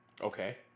Okay